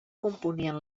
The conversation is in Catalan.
componien